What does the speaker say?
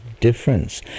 difference